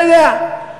אתה יודע,